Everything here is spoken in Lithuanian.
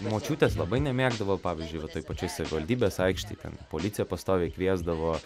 močiutės labai nemėgdavo pavyzdžiui va toj pačioj savivaldybės aikštėj ten policiją pastoviai kviesdavo